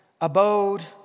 abode